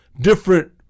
different